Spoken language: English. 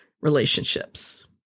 relationships